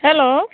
hello